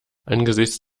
angesichts